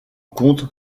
compte